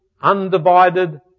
undivided